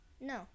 No